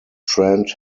trend